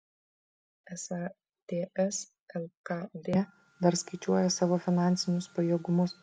esą ts lkd dar skaičiuoja savo finansinius pajėgumus